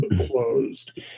closed